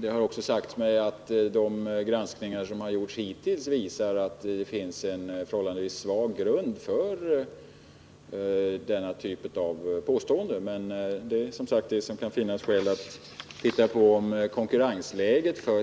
Det har också sagts mig att de granskningar som hittills har gjorts visar att det finns en förhållandevis svag grund för denna typ av påstående. Men det kan som sagt finnas skäl att se efter om konkurrensläget för